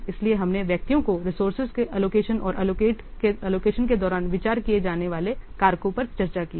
इसलिए हमने व्यक्तियों को रिसोर्स एलोकेशन और एलोकेशन के दौरान विचार किए जाने वाले कारकों पर चर्चा की है